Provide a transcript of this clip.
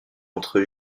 entre